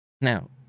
Now